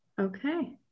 Okay